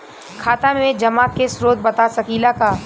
खाता में जमा के स्रोत बता सकी ला का?